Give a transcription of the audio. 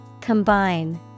Combine